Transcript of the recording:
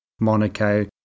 Monaco